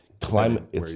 Climate